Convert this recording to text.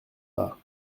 pas